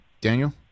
Daniel